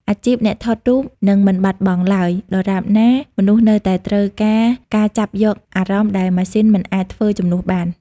អាជីពអ្នកថតរូបនឹងមិនបាត់បង់ឡើយ ដរាបណាមនុស្សនៅតែត្រូវការការចាប់យកអារម្មណ៍ដែលម៉ាស៊ីនមិនអាចធ្វើជំនួសបាន។